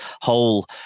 whole